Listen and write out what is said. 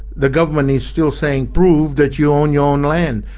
the government is still saying, prove that you own your own land,